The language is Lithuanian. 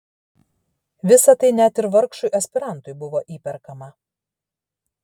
visa tai net ir vargšui aspirantui buvo įperkama